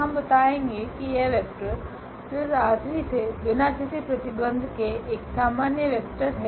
हम बताएंगे कि यह वेक्टर जो इस ℝ3 से बिना किसी प्रतिबंध के एक सामान्य वेक्टर है